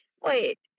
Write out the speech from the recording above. Wait